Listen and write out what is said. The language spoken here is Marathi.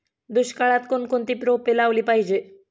दुष्काळात कोणकोणती रोपे लावली पाहिजे?